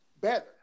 better